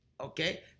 okay